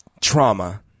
trauma